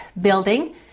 Building